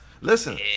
Listen